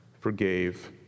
forgave